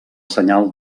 senyal